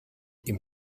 ihm